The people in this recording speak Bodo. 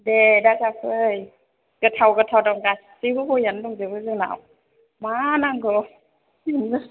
दे दा जाफै गोथाव गोथाव दं गासैबो गयानो दंजोबो जोंनाव मा नांगौ नोंनो